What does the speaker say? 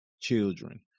children